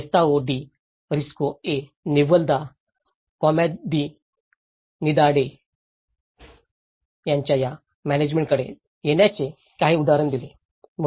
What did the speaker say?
गेस्ताओ डी रिस्को ए निव्हल दा कॉमनिदाडे यांच्या या म्यानेजमेंट कडे येण्याचे त्यांनी उदाहरण दिले